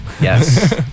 Yes